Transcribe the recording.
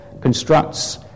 constructs